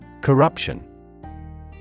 Corruption